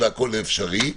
זה אפשרי,